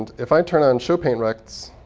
if i turn on show paint recs,